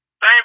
Hey